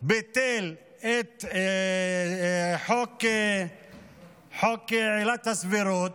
ביטל את חוק עילת הסבירות,